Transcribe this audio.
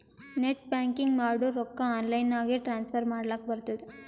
net banking ಮಾಡುರ್ ರೊಕ್ಕಾ online ನಾಗೆ ಟ್ರಾನ್ಸ್ಫರ್ ಮಾಡ್ಲಕ್ ಬರ್ತುದ್